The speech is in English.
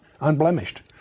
unblemished